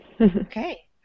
Okay